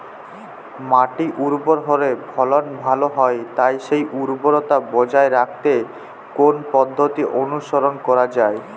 মাটি উর্বর হলে ফলন ভালো হয় তাই সেই উর্বরতা বজায় রাখতে কোন পদ্ধতি অনুসরণ করা যায়?